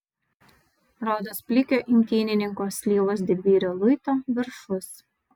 rodos plikio imtynininko slyvos didvyrio luito viršus